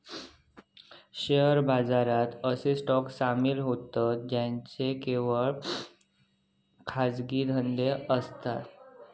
share बाजारात असे stock सामील होतं ज्यांचो केवळ खाजगी धंदो असता